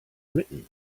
written